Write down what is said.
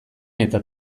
eta